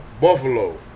Buffalo